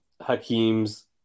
Hakeem's